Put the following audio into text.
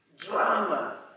Drama